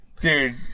Dude